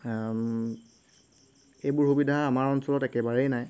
এইবোৰ সুবিধা আমাৰ অঞ্চলত একেবাৰেই নাই